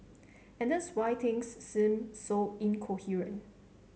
and that's why things seem so incoherent